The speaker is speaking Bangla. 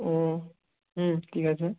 ও হুম ঠিক আছে